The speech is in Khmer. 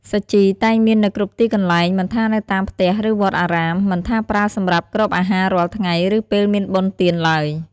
សាជីតែងមាននៅគ្រប់ទីកន្លែង មិនថានៅតាមផ្ទះឬវត្តអារាម មិនថាប្រើសម្រាប់គ្របអាហាររាល់ថ្ងៃ ឬពេលមានបុណ្យទានឡើយ។